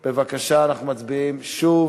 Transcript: בבקשה, אנחנו מצביעים שוב.